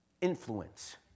influence